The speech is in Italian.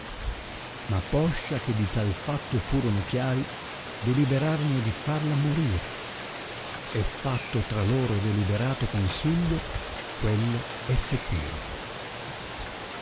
ma poscia che di tal fatto furono chiari deliberarono di farla morire e fatto tra loro deliberato consiglio quello essequirono